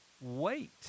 wait